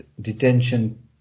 detention